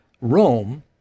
Rome